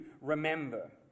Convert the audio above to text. remember